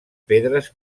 pedres